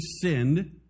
sinned